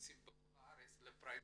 מתרוצצים בכל הארץ לפריימריס,